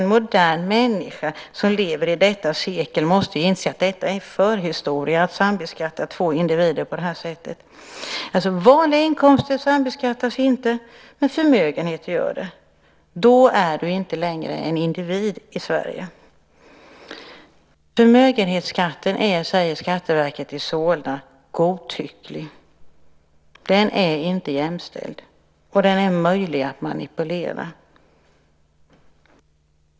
En modern människa som lever i detta sekel måste inse att det är förhistoria att sambeskatta två individer på detta sätt. Alltså: Vanliga inkomster sambeskattas inte, men förmögenheter sambeskattas. Då är du inte längre en individ i Sverige. Skatteverket i Solna säger att förmögenhetsskatten är godtycklig. Den är inte jämställd, och den är möjlig att manipulera.